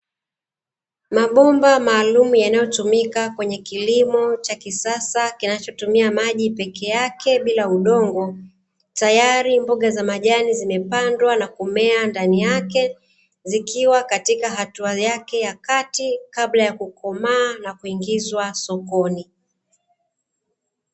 Mabomba maalumu, yanayotumika kwenye kilimo cha kisasa kinachotumia maji peke yake bila udongo, tayari mboga za majani zimepandwa na kumea ndani yake, zikiwa katika hatua yake ya kati kabla ya kukomaa na kuingizwa sokoni.